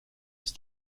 ist